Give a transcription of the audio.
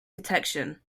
detection